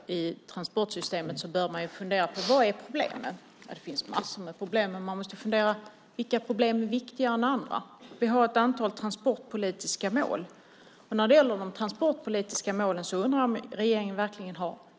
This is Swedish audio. Fru talman! Innan man vidtar åtgärder i transportsystem bör man fundera på vad som är problemet. Det finns massor med problem, men man måste fundera på vilka problem som är viktigare än andra. Vi har ett antal transportpolitiska mål, och när det gäller dessa mål undrar jag om regeringen verkligen